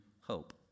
hope